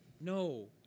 No